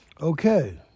Okay